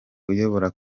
uyobora